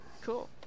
Cool